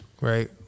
right